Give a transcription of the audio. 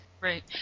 right